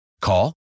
Call